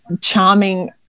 charming